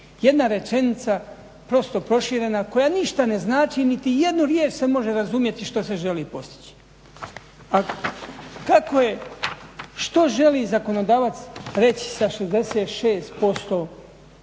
Jedna rečenica prosto proširena koja ništa ne znači, niti jednu riječ se može razumjeti što se želi postići. Pa kako, što želi zakonodavac reći sa 66%